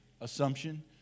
assumption